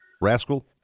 rascal